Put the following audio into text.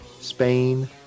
Spain